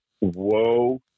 whoa